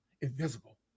invisible